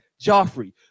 Joffrey